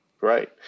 Right